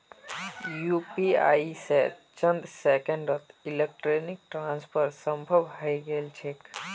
UPI स चंद सेकंड्सत इलेक्ट्रॉनिक ट्रांसफर संभव हई गेल छेक